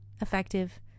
effective